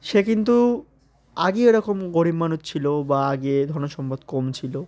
সে কিন্তু আগে এরকম গরিব মানুষ ছিল বা আগে ধনসম্পদ কম ছিল